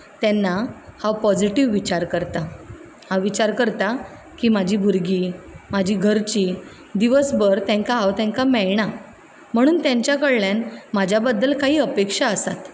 तेन्ना हांव पॉजिटीव विचार करता हांव विचार करता की म्हाजी भुरगीं म्हाजी घरचीं दिवस भर तेंकां हांव तेंकां मेळना म्हणून तेंच्या कडल्यान म्हाज्या बद्दल कांय अपेक्षा आसात